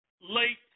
late